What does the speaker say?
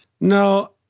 No